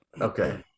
Okay